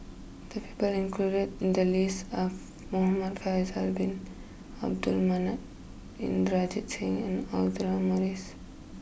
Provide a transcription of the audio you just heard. the people included in the list are Muhamad Faisal Bin Abdul Manap Inderjit Singh and Audra Morrice